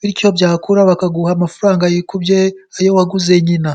Bityo, byakura bikaguha amafaranga yikubye ayo waguze nyina.